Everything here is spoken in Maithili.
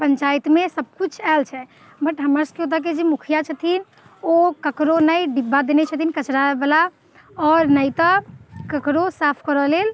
पञ्चायतमे सब किछु आयल छै बट हमर सबके एतऽके जे मुखिआ छथिन ओ केकरो नहि ई डिब्बा देने छथिन कचरा बला आओर नहि तऽ ककरो साफ करऽ लेल